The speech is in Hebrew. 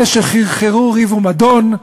אלא שחרחרו ריב ומדון,